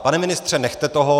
Pane ministře, nechte toho.